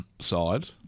side